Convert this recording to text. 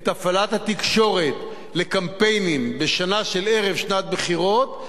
את הפעלת התקשורת לקמפיינים בשנה של ערב שנת בחירות,